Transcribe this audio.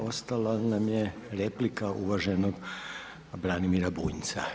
Ostala nam je replika uvaženog Branimira Bunjca.